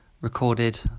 recorded